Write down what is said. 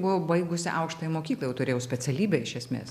buvau baigusi aukštąją mokyklą jau turėjau specialybę iš esmės